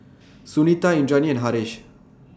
Sunita Indranee and Haresh